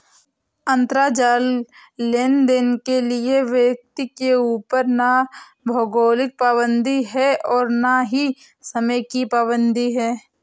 अंतराजाल लेनदेन के लिए व्यक्ति के ऊपर ना भौगोलिक पाबंदी है और ना ही समय की पाबंदी है